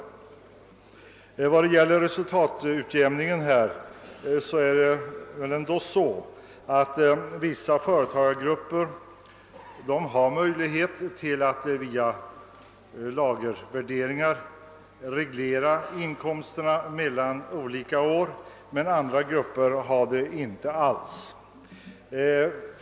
Vad beträffar en allmän öppen resultatutjämning kan anföras att vissa företagargrupper har möjlighet att via lagervärderingar reglera inkomsterna mellan olika år, medan andra grupper inte kan göra detta.